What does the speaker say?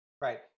Right